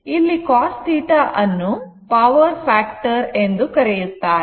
ಇಲ್ಲಿ cos θ ಅನ್ನು power factor ಎಂದು ಕರೆಯುತ್ತೇವೆ